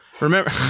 remember